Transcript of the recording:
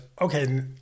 okay